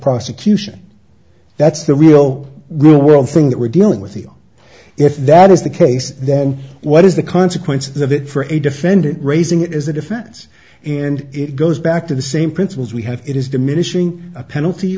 prosecution that's the real world thing that we're dealing with the if that is the case then what is the consequences of that for a defendant raising it as a defense and it goes back to the same principles we have it is diminishing a penalty